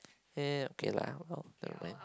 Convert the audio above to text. eh okay lah never mind